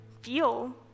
feel